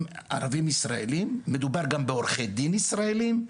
הם ערבים ישראלים, מדובר גם בעורכי דין ישראלים.